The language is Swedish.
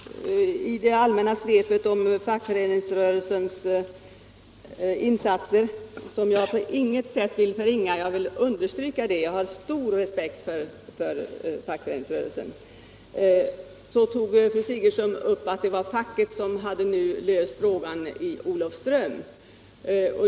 I det allmänna svepet om fackföreningsrörelsens insatser — som jag understryker att jag på intet sätt vill förringa, eftersom jag har stor respekt för fackföreningsrörelsen — sade fru Sigurdsen att det var facket som hade löst problemen i Olofström.